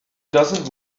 doesn’t